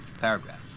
paragraph